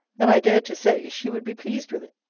and i dared to say, she would be pleased with it.